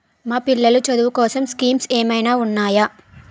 మా పిల్లలు చదువు కోసం స్కీమ్స్ ఏమైనా ఉన్నాయా?